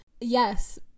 yes